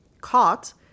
caught